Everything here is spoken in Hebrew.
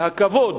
והכבוד,